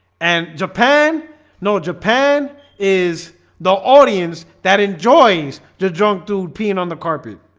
and japan know japan is the audience that enjoys the drunk dude peeing on the carpet